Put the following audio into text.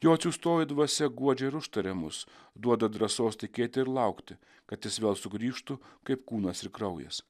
jo atsiųstoji dvasia guodžia ir užtaria mus duoda drąsos tikėti ir laukti kad jis vėl sugrįžtų kaip kūnas ir kraujas